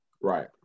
Right